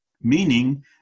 Meaning